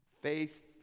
Faith